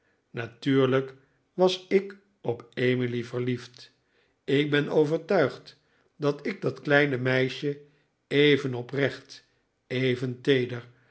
natuurlijk was ik op emily verliefd ik ben overtuigd dat ik dat kleine meisje even oprecht even teeder